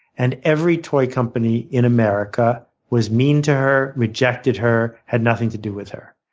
and every toy company in america was mean to her, rejected her, had nothing to do with her.